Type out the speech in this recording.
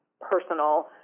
personal